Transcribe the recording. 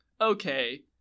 Okay